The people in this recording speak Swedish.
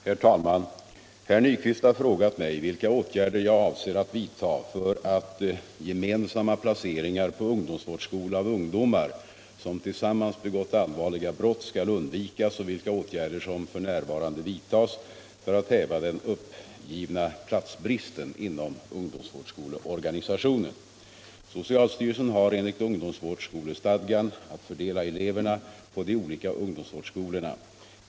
Herr talman! Herr Nyquist har frågat mig vilka åtgärder jag avser att vidta för att gemensamma placeringar på ungdomsvårdsskola av ungdomar som tillsammans begått allvarliga brott skall undvikas och vilka åtgärder som f.n. vidtas för att häva den uppgivna platsbristen inom ungdomsvårdsskoleorganisationen. Socialstyrelsen har enligt ungdomsvårdsskolestadgan att fördela eleverna på de olika ungdomsvårdsskolorna.